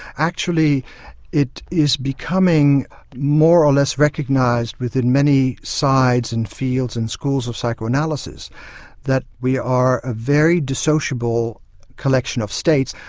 actually it is becoming more or less recognised within many sides and fields and schools of psychoanalysis that we are a very dissociable collection of states.